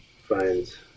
Finds